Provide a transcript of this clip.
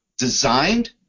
designed